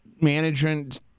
management